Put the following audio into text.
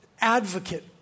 Advocate